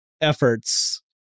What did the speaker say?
efforts